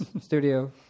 Studio